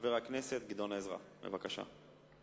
חבר הכנסת גדעון עזרא, בבקשה.